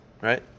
right